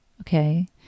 Okay